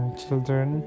children